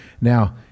Now